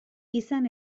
izan